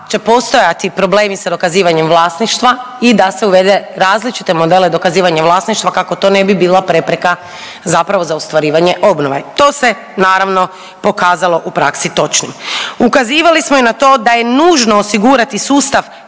će postojati problemi sa dokazivanjem vlasništva i da se uvede različite modele dokazivanja vlasništva kako to ne bi bila prepreka zapravo za ostvarivanje obnove. To se naravno pokazalo u praksi točnim. Ukazivali smo i na to da je nužno osigurati sustav